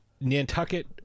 Nantucket